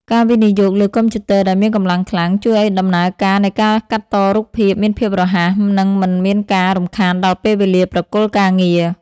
ការវិនិយោគលើកុំព្យូទ័រដែលមានកម្លាំងខ្លាំង ជួយឱ្យដំណើរការនៃការកាត់តរូបភាពមានភាពរហ័ស និងមិនមានការរំខានដល់ពេលវេលាប្រគល់ការងារ។